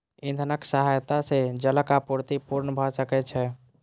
इंधनक सहायता सॅ जलक आपूर्ति पूर्ण भ सकै छै